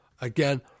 Again